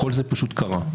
כל זה פשוט קרה.